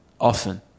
often